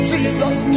Jesus